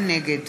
נגד